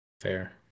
Fair